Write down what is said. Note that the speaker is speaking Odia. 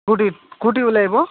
କେଉଁଠି କେଉଁଠି ଓହ୍ଲେଇବ